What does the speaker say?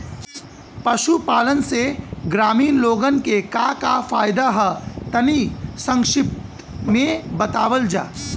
पशुपालन से ग्रामीण लोगन के का का फायदा ह तनि संक्षिप्त में बतावल जा?